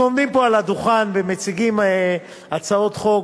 אנחנו עומדים פה על הדוכן ומציגים הצעות חוק,